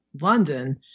london